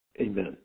Amen